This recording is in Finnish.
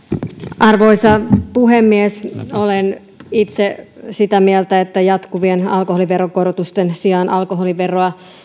arvoisa puhemies olen itse sitä mieltä että jatkuvien alkoholiveron korotusten sijaan alkoholiveroa